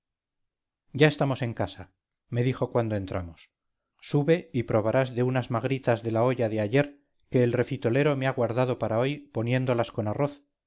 ya estamos en casa me dijo cuando entramos sube y probarás de unas magritas de la olla de ayer que el refitolero me ha guardado para hoy poniéndolas con arroz